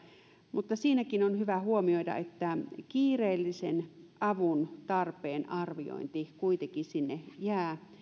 mutta siinäkin on hyvä huomioida että kiireellisen avun tarpeen arviointi kuitenkin sinne jää